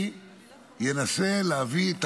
אני אנסה להביא את